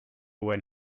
when